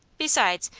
besides,